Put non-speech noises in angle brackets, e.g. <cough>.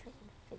<noise>